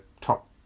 top